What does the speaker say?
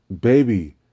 baby